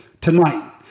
tonight